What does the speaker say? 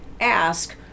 ask